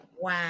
Wow